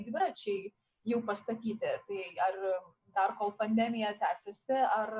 dviračiai jau pastatyti tai ar dar kol pandemija tęsiasi ar